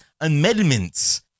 amendments